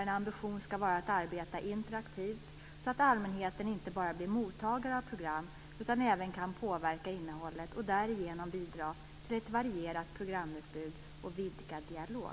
En ambition ska vara att arbeta interaktivt, så att allmänheten inte bara blir mottagare av program utan även kan påverka innehållet och därigenom bidra till ett varierat programutbud och en vidgad dialog.